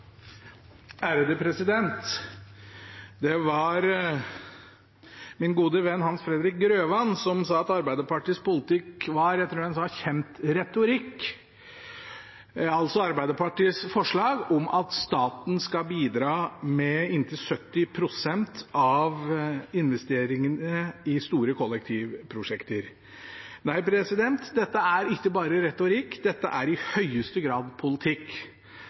Det var min gode venn Hans Fredrik Grøvan som sa at Arbeiderpartiets politikk var «kjent retorikk», altså Arbeiderpartiets forslag om at staten skal bidra med inntil 70 pst. av investeringene i store kollektivprosjekter. Nei, dette er ikke bare retorikk, dette er i høyeste grad politikk.